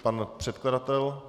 Pan předkladatel?